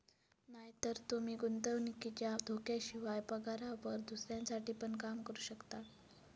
नायतर तूमी गुंतवणुकीच्या धोक्याशिवाय, पगारावर दुसऱ्यांसाठी पण काम करू शकतास